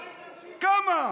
כמה.